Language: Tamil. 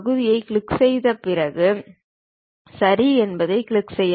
பகுதி என்பதைக் கிளிக் செய்து சரி என்பதைக் கிளிக் செய்க